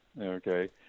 okay